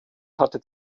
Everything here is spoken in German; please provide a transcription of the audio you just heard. hatte